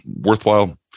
worthwhile